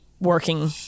working